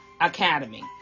Academy